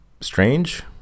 strange